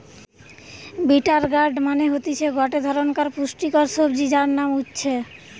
bitter gourd মানে হতিছে গটে ধরণকার পুষ্টিকর সবজি যার নাম উচ্ছে